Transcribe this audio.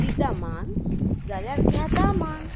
दिता मान जाल्यार घेता मान